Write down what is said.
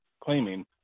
claiming